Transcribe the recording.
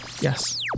Yes